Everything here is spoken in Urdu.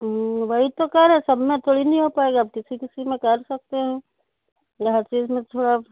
ہوں وہی تو کہہ رہے ہیں سب میں تھوڑی نہیں ہو پائے گا کسی کسی میں کر سکتے ہیں یا ہر چیز میں تھوڑا